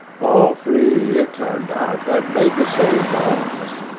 all three, it turned out, had made the same plans,